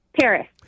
Paris